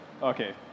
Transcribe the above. Okay